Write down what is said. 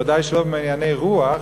ודאי שלא בענייני רוח,